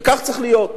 וכך צריך להיות.